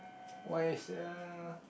why sia